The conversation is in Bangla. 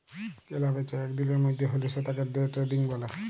কেলা বেচা এক দিলের মধ্যে হ্যলে সেতাকে দে ট্রেডিং ব্যলে